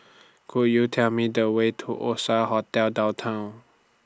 Could YOU Tell Me The Way to Oasia Hotel Downtown